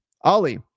Ali